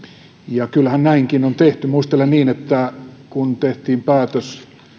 ja kyllähän näinkin on tehty muistelen niin että kun tehtiin päätös